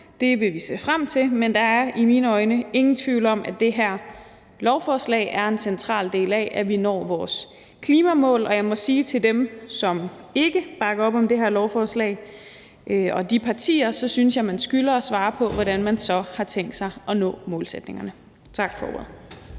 Det vil vi se frem til, men der er i mine øjne ingen tvivl om, at det her lovforslag er en central del af, at vi når vores klimamål. Og jeg må sige til dem, som ikke bakker op om det her lovforslag, og de partier, at jeg synes, man skylder at svare på, hvordan man så har tænkt sig at nå målsætningerne. Tak for ordet.